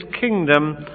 kingdom